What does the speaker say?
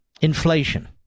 Inflation